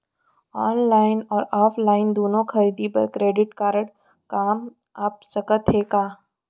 Online अऊ offline दूनो खरीदी बर क्रेडिट कारड काम आप सकत हे का?